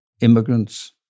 immigrants